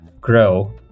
grow